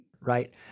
Right